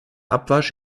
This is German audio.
abwasch